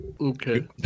Okay